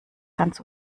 ganz